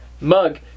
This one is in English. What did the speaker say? Mug